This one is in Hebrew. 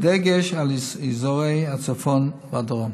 בדגש על אזורי הצפון והדרום.